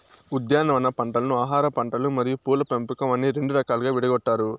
ఉద్యానవన పంటలను ఆహారపంటలు మరియు పూల పంపకం అని రెండు రకాలుగా విడగొట్టారు